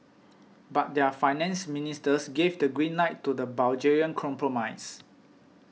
but their finance ministers gave the green light to the Bulgarian compromise